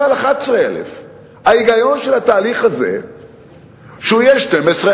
על 11,000. ההיגיון של התהליך הזה שהוא יהיה 12,000,